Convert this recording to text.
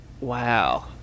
Wow